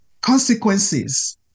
Consequences